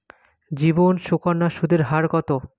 জীবন সুকন্যা সুদের হার কত?